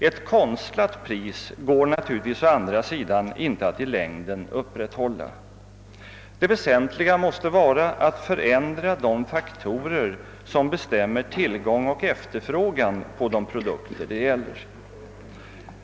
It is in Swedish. Ett konstlat pris går det naturligtvis å andra sidan inte att i längden upprätthålla. Det väsentliga måste vara att förändra de faktorer, som bestämmer tillgång och efterfrågan på de produkter det gäller.